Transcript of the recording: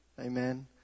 amen